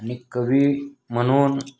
आणि कवी म्हणून